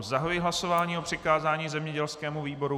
Zahajuji hlasování o přikázání zemědělskému výboru.